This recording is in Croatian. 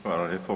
Hvala lijepo.